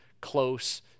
close